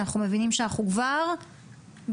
אנחנו מבינים שאנחנו כבר בחוסר,